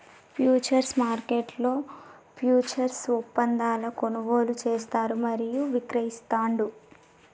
futures మార్కెట్లో futures ఒప్పందాలను కొనుగోలు చేస్తారు మరియు విక్రయిస్తాండ్రు